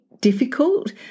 difficult